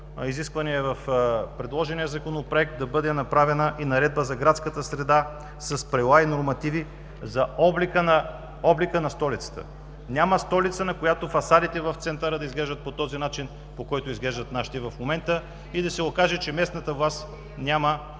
изискване в предложения Законопроект да бъде направена и Наредба за градската среда с правила и нормативи за облика на столицата. Няма столица, на която фасадите в центъра да изглеждат по този начин, по който изглеждат нашите в момента, и да се окаже, че местната власт няма